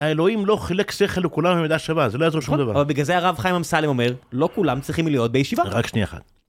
האלוהים לא חילק שכל לכולם במידה שווה, זה לא יעזור שום דבר. אבל בגלל זה הרב חיים אמסלם אומר, לא כולם צריכים להיות בישיבה. רק שנייה אחת.